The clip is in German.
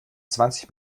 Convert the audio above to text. zwanzig